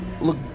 look